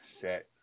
set